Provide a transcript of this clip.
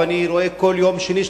ואני רואה כל יום שני,